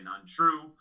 untrue